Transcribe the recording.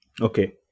okay